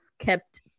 kept